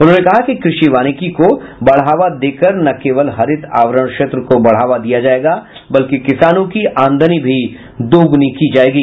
उन्होंने कहा कि कृषि वानिकी को बढ़ावा देकर न केवल हरित आवरण क्षेत्र को बढ़ावा दिया जायेगा बल्कि किसानों की आमदनी भी दुगुनी की जायेगी